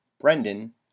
brendan